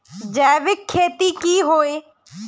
जैविक खेती की होय?